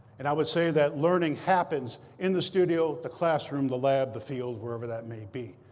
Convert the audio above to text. and i would say that learning happens in the studio, the classroom, the lab, the field, wherever that may be.